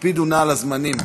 הקפידו נא על הזמנים.